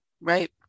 right